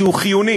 שהוא חיוני